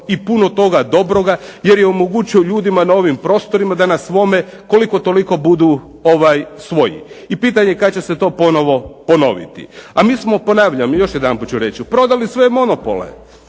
i puno toga dobroga jer je omogućio ljudima na ovim prostorima da na svome koliko toliko budu svoji i pitanje je kad će se to ponovo ponoviti. A mi smo, ponavljam, još jedanput ću reći, prodali sve monopole.